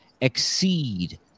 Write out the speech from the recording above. exceed